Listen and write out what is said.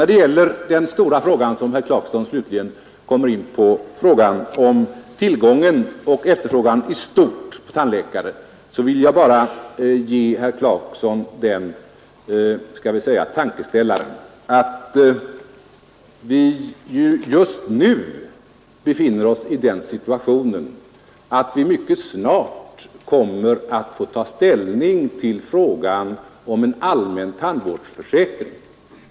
Vad sedan gäller den stora fråga som herr Clarkson kom in på, tillgången och efterfrågan på tandläkare i stort, vill jag ge herr Clarkson en liten tankeställare. Vi befinner oss just nu i den situationen att vi mycket snart kommer att ta ställning till frågan om en tandvårdsförsäkring.